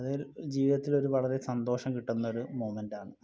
അതിൽ ജീവിതത്തിലൊരു വളരെ സന്തോഷം കിട്ടുന്നൊരു മൊമെന്റാണ്